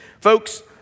Folks